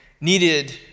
needed